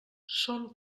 són